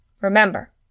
Remember